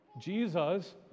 Jesus